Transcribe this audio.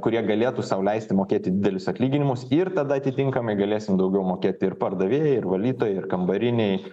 kurie galėtų sau leisti mokėti didelius atlyginimus ir tada atitinkamai galėsim daugiau mokėti ir pardavėjai ir valytojai ir kambarinei